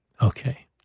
Okay